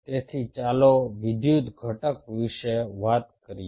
તેથી ચાલો વિદ્યુત ઘટક વિશે વાત કરીએ